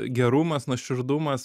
gerumas nuoširdumas